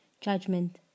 judgment